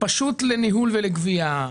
פשוט לניהול ולגבייה.